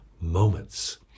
moments